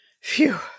Phew